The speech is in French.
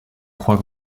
crois